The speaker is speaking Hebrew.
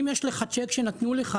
אם יש לך צ'ק שנתנו לך,